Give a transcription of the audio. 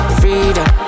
freedom